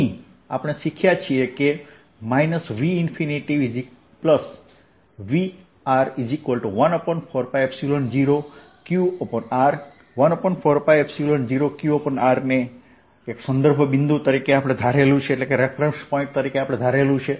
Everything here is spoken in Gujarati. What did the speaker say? અહીં આપણે શીખ્યા છીએ કે V v 14π0qr 14π0qrને સંદર્ભ બિંદુ તરીકે ધારેલ છે